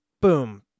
boom